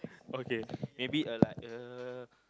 okay maybe uh like uh